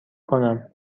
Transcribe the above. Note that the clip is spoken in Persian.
کنم